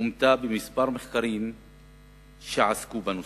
שאומתה בכמה מחקרים שעסקו בנושא: